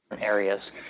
areas